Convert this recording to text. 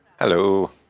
Hello